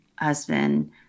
husband